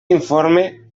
informe